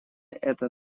эта